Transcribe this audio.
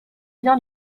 bien